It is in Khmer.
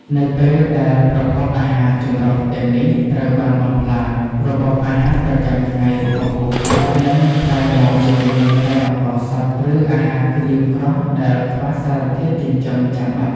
នៅពេលដែលប្រភពអាហារចម្រុះទាំងនេះត្រូវបានបំផ្លាញ របបអាហារប្រចាំថ្ងៃរបស់ពួកគាត់នឹងប្រែមកជាមានតែអង្ករសុទ្ធ ឬអាហារក្រៀមក្រោះដែលខ្វះសារធាតុចិញ្ចឹមចាំបាច់។